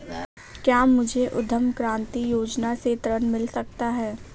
क्या मुझे उद्यम क्रांति योजना से ऋण मिल सकता है?